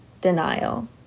denial